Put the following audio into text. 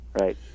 Right